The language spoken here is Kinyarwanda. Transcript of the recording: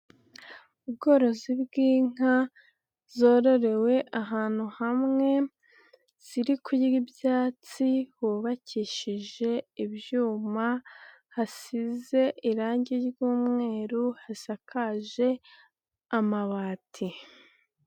Ubworozi bw'inka zororewe ahantu hamwe ziri kurya ibyatsi hubakishije ibyuma, hasize irangi ry'umweru hasakaje amabati.